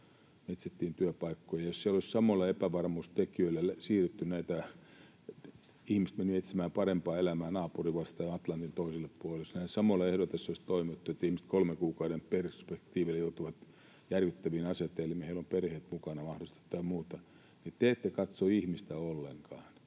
etsittiin työpaikkoja. Jos siellä olisi samoilla epävarmuustekijöillä ihmiset menneet etsimään parempaa elämää naapuria vastaan Atlantin toiselle puolelle — jos näillä samoilla ehdoilla tässä olisi toimittu, että ihmiset kolmen kuukauden perspektiivillä joutuvat järkyttäviin asetelmiin, heillä on mahdollisesti perheet mukana tai muuta, niin te ette katso ihmistä ollenkaan.